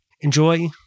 Enjoy